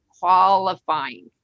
qualifying